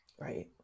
Right